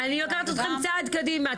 אני לוקחת אתכם צעד קדימה.